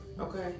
okay